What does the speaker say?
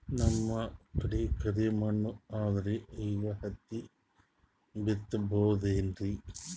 ನಮ್ ಕಡೆ ಕರಿ ಮಣ್ಣು ಅದರಿ, ಈಗ ಹತ್ತಿ ಬಿತ್ತಬಹುದು ಏನ್ರೀ?